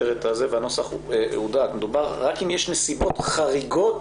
את הנוסח והוא הודק רק אם יש נסיבות חריגות